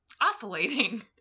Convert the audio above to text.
oscillating